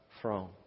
throne